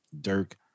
Dirk